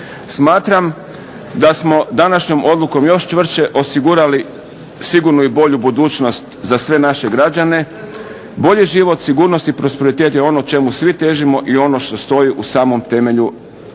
Smatram da smo današnjom odlukom još čvršće osigurali sigurnu i bolju budućnost za sve naše građane. Bolji život, sigurnost i prosperitet je ono čemu svi težimo i ono što stoji u samom temelju naše